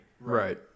Right